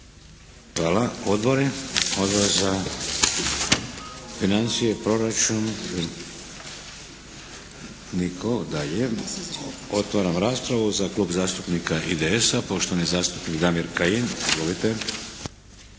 Odbori. Odbor za financije, proračun. Nitko. Dalje. Otvaram raspravu. Za Klub zastupnika IDS-a, poštovani zastupnik Damir Kajin.